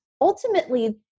ultimately